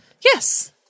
Yes